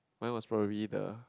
mine was probably the